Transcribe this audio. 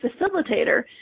facilitator